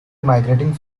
migrating